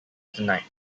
tonight